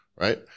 Right